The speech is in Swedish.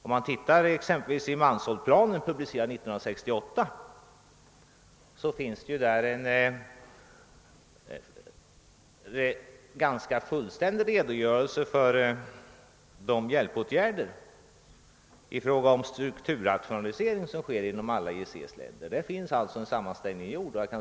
Om man ser exempelvis i Mansholt-planen, publicerad 1968, finner man där en ganska fullständig redogörelse för de hjälpåtgärder i fråga om strukturrationalisering som sker inom alla EEC-länder. Där är alltså en sammanställning gjord.